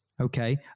okay